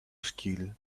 skill